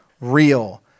real